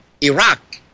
Iraq